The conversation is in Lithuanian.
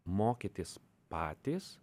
mokytis patys